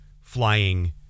flying